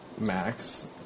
max